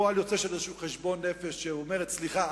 פועל יוצא של איזה חשבון נפש שאומר: סליחה,